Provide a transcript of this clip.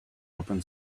open